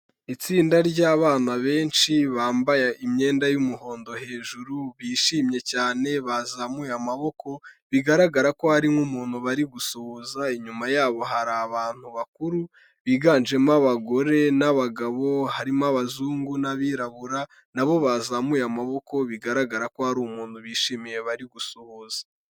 Itsinda ry'abana benshi bambaye imyenda y'umuhondo hejuru bishimye cyane bazamuye amaboko, bigaragara ko hari nk'umuntu bari gusuhuza, inyuma yabo hari abantu bakuru biganjemo abagore n'abagabo, harimo abazungu n'abirabura nabo bazamuye amaboko, bigaragara ko hari umuntu bishimiye bari gusuza.